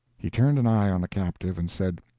he turned an eye on the captive, and said,